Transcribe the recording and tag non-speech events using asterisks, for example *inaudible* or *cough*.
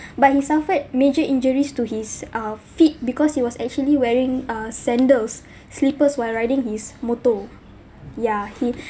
*breath* but he suffered major injuries to his uh feet because he was actually wearing uh sandals *breath* slippers while riding his motor ya he